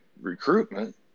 recruitment